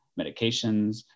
medications